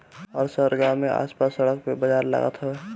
हर शहर गांव में आस पास सड़क पे बाजार लागत हवे